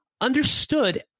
understood